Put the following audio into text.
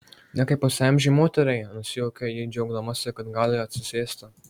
ne kaip pusamžei moteriai nusijuokia ji džiaugdamasi kad gali atsisėsti